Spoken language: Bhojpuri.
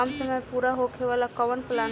कम समय में पूरा होखे वाला कवन प्लान बा?